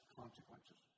consequences